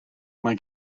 mae